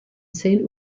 zehn